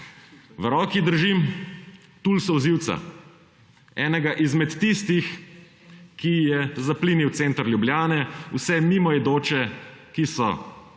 V roki držim tul solzivca, enega izmed tistih, ki je zaplinil center Ljubljane, vse mimoidoče, ki so